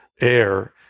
air